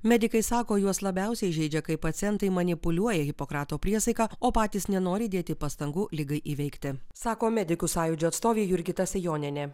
medikai sako juos labiausiai žeidžia kai pacientai manipuliuoja hipokrato priesaika o patys nenori dėti pastangų ligai įveikti sako medikų sąjūdžio atstovė jurgita sejonienė